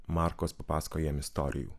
markos papasakoja jiem istorijų